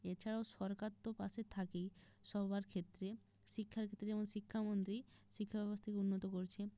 এছাড়াও সরকার তো পাশে থাকেই সবার ক্ষেত্রে শিক্ষার ক্ষেত্রে যেমন শিক্ষামন্ত্রী শিক্ষাব্যবস্থাকে উন্নত করছে